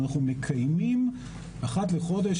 אנחנו מקימים אחת לחודש,